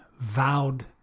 vowed